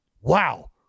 Wow